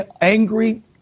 angry